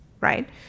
right